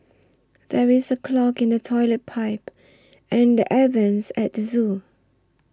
there is a clog in the Toilet Pipe and the Air Vents at the zoo